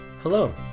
Hello